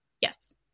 Yes